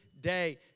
day